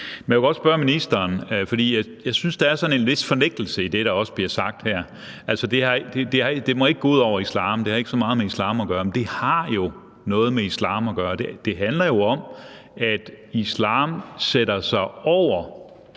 Men jeg vil godt spørge ministeren om noget, for jeg synes, der er sådan vis en fornægtelse i det, der bliver sagt her, altså at det ikke må gå ud over islam, og at det ikke har så meget med islam at gøre. Men det har jo noget med islam at gøre. Det handler jo om, at islam sætter sig over